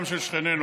גם של שכנינו,